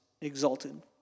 exalted